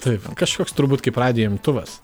taip kažkoks turbūt kaip radijo imtuvas